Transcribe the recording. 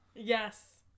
Yes